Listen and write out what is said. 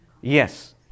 Yes